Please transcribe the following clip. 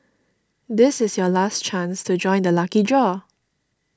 this is your last chance to join the lucky draw